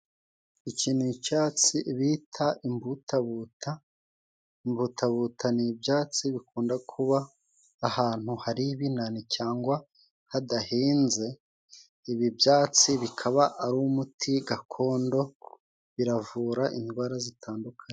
Ikintu ni icyatsi bita imbutabuta, imbutabuta n'ibyatsi bikunda kuba ahantu hari ibinani, cyangwa hadahinze, ibi byatsi bikaba ari umuti gakondo, biravura indwara zitandukanye.